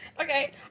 Okay